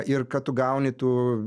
ir kad tu gauni tų